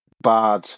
bad